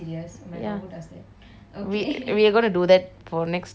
we are going to do that for next sunday also right